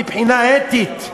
מבחינה אתית?